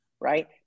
right